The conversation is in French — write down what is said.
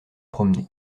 promener